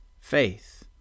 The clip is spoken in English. faith